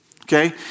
Okay